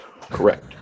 correct